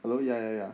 hello ya ya